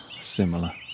similar